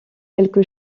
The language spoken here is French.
quelque